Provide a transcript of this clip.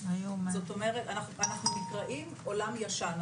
זאת אומרת אנחנו נקראים עולם ישן,